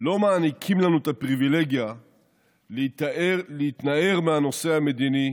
לא מעניקים לנו את הפריבילגיה להתנער מהנושא המדיני